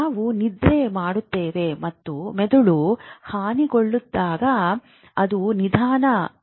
ನಾವು ನಿದ್ರೆ ಮಾಡುತ್ತೇವೆ ಮತ್ತು ಮೆದುಳು ಹಾನಿಗೊಳಗಾದಾಗ ಅದು ನಿಧಾನವಾಗಿರುತ್ತದೆ